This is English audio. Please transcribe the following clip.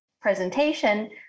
presentation